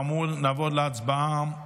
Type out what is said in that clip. כאמור, נעבור להצבעה